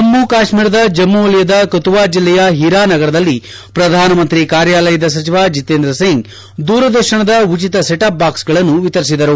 ಜಮ್ನು ಕಾಶ್ವೀರದ ಜಮ್ನು ವಲಯದ ಕತುವಾ ಜಿಲ್ಲೆಯ ಹಿರಾ ನಗರ್ದಲ್ಲಿ ಪ್ರಧಾನಮಂತ್ರಿ ಕಾರ್ಯಾಲಯದ ಸಚಿವ ಜಿತೇಂದ್ರ ಸಿಂಗ್ ದೂರದರ್ಶನದ ಉಚಿತ ಸೆಟ್ ಅಪ್ ಬಾಕ್ಸೆಗಳನ್ನು ವಿತರಿಸಿದರು